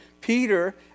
Peter